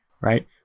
right